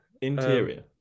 Interior